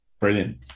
Brilliant